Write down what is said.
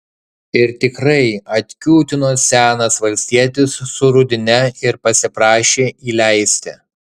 ir tikrai atkiūtino senas valstietis su rudine ir pasiprašė įleisti